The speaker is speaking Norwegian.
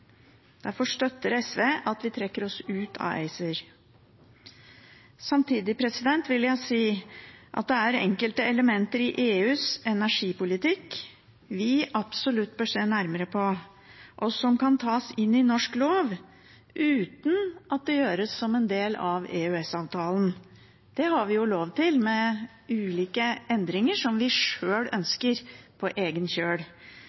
Derfor støtter SV at vi trekker oss ut av ACER. Samtidig vil jeg si at det er enkelte elementer i EUs energipolitikk vi absolutt bør se nærmere på, og som kan tas inn i norsk lov uten at det gjøres som en del av EØS-avtalen. Det har vi jo lov til, med ulike endringer som vi sjøl ønsker, på egen kjøl.